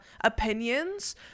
opinions